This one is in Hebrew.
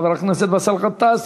חבר הכנסת באסל גטאס,